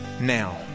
Now